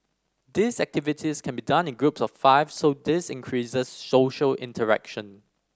these activities can be done in groups of five so this increases social interaction